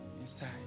inside